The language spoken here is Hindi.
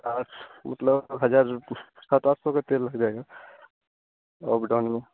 आठ मतलब हज़ार रुपया सात आठ सौ का तेल हो जाएगा अप डाउन में